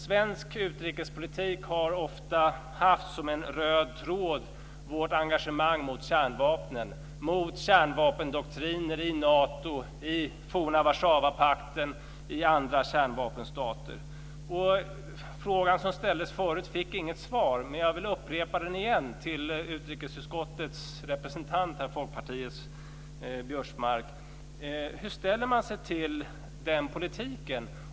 Svensk utrikespolitik har ofta haft som en röd tråd vårt engagemang mot kärnvapnen, mot kärnvapendoktriner i Nato, i forna Warszawapakten och i andra kärnvapenstater. Frågan som ställdes förut fick inget svar, men jag vill upprepa den till utrikesutskottets representant, Folkpartiets Biörsmark. Hur ställer man sig till den politiken?